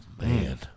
man